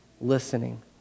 listening